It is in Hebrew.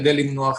כדי למנוע חיכוך.